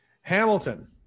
Hamilton